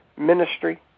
ministry